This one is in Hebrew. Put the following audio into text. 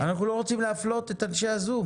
רוצים להפלות את אנשי הזום.